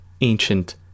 ancient